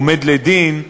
עומד לדין,